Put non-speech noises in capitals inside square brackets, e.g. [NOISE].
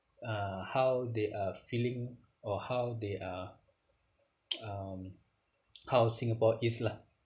uh how they are feeling or how they are [NOISE] um how singapore is lah